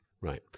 Right